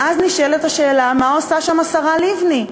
ואז נשאלת השאלה: מה עושה שם השרה לבני?